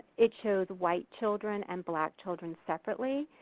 it shows white children and black children separately,